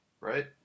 right